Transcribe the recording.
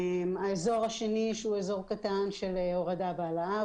האזור שני הוא אזור קטן של הורדה והעלאה.